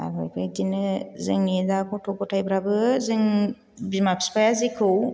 आरो बेबायदिनो जोंनि दा गथ' गथायफ्राबो जों बिमा बिफाया जेखौ